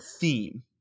theme